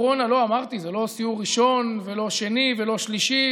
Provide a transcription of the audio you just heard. אמרתי, זה לא סיור ראשון ולא השני ולא השלישי,